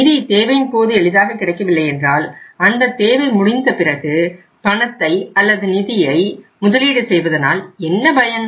நிதி தேவையின் போது எளிதாக கிடைக்கவில்லை என்றால் அந்த தேவை முடிந்த பிறகு பணத்தை அல்லது நிதியை முதலீடு செய்வதனால் என்ன பயன்